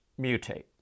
mutate